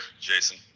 Jason